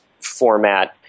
format